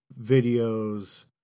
videos